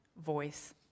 Voice